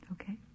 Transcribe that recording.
Okay